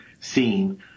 seen